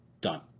done